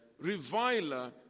reviler